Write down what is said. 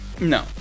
No